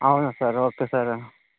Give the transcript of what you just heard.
అవునా sir okay sir